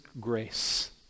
grace